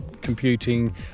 computing